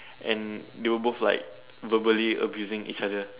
and they were both like verbally abusing each other